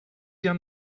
down